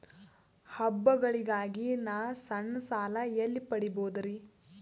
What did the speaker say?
ಹಬ್ಬಗಳಿಗಾಗಿ ನಾ ಸಣ್ಣ ಸಾಲ ಎಲ್ಲಿ ಪಡಿಬೋದರಿ?